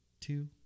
two